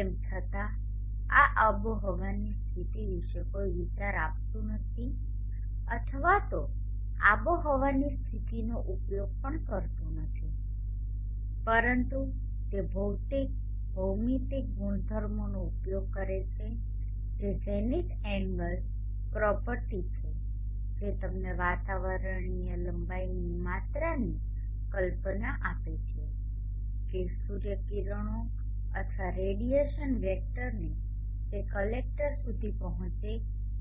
તેમ છતાં આ આબોહવાની સ્થિતિ વિશે કોઈ વિચાર આપતું નથી અથવા તો આબોહવાની સ્થિતિનો ઉપયોગ પણ કરતું નથી પરંતુ તે ભૌતિક ભૌમિતિક ગુણધર્મોનો ઉપયોગ કરે છે જે ઝેનિથ એંગલ પ્રોપર્ટી છે જે તમને વાતાવરણીય લંબાઈની માત્રાની કલ્પના આપે છે કે સૂર્ય કિરણો અથવા રેડિયેશન વેક્ટરને તે કલેક્ટર સુધી પહોંચે